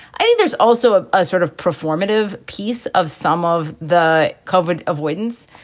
i think there's also a ah sort of performative piece of some of the covert avoidance,